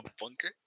bunker